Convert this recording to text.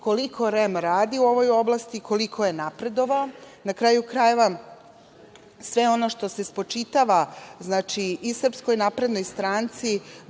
koliko REM radi u ovoj oblasti, koliko je napredovao. Na kraju krajeva, sve ono što se spočitava i Srpskoj naprednoj stranci